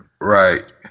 Right